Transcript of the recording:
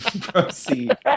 Proceed